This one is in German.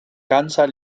ganzer